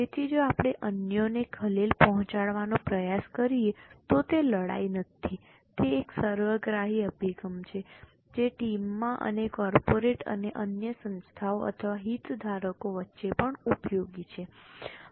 તેથી જો આપણે અન્યોને ખલેલ પહોંચાડવાનો પ્રયાસ કરીએ તો તે લડાઈ નથી તે એક સર્વગ્રાહી અભિગમ છે જે ટીમમાં અને કોર્પોરેટ અને અન્ય સંસ્થાઓ અથવા હિતધારકો વચ્ચે પણ ઉપયોગી છે